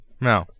No